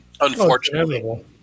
unfortunately